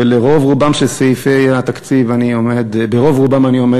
וברוב רובם של סעיפי התקציב אני עומד לתמוך,